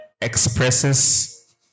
expresses